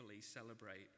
celebrate